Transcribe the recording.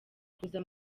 kuza